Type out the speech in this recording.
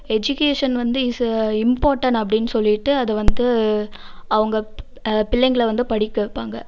education வந்து is a important அப்படின்னு சொல்லிவிட்டு அது வந்து அவங்க பிள்ளைங்களை வந்து படிக்க வெப்பாங்க